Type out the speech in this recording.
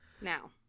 Now